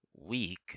week